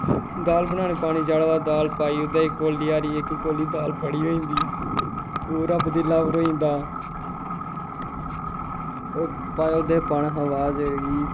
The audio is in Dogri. दाल बनाने गी पानी चाढ़े दा दाल पाई ओह्दे च कौल्ली हारी इक कौल्ली दाल बड़ी होई जंदी पूरा पतीला भरोई जंदा ओह् पाया ओह्दे च पाना हा बाद च कि